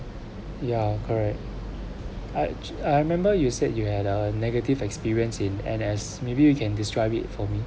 ya correct edge I remember you said you had a negative experience in N_S maybe you can describe it for me